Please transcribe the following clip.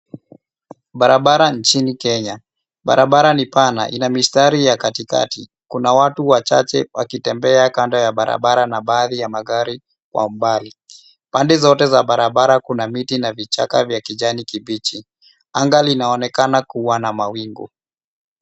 Barabara nchini Kenya, barabara ni pana ina mistari ya katikati. Kuna watu wachache wakitembea kando ya barabara na baadhi ya magari kwa umbali. Pande zote za barabara kuna miti na vichaka vya kijani kibichi. Anga linaonekana kuwa na mawingu.